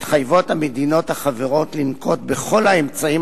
מתחייבות המדינות החברות לנקוט את כל האמצעים